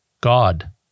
God